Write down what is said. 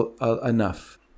enough